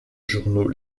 journaux